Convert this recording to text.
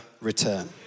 return